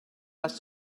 les